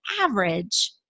average